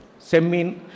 Semin